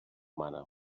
mana